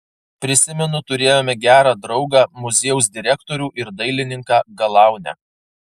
prisimenu turėjome gerą draugą muziejaus direktorių ir dailininką galaunę